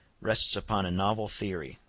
rests upon a novel theory,